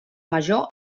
major